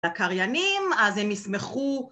הקריינים אז הם ישמחו